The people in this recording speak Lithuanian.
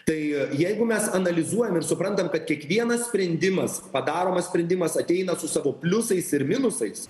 tai jeigu mes analizuojam ir suprantam kad kiekvienas sprendimas padaromas sprendimas ateina su savo pliusais ir minusais